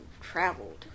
traveled